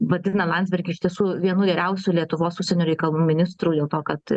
vadina landsbergį iš tiesų vienu geriausių lietuvos užsienio reikalų ministrų dėl to kad